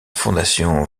fondation